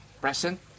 present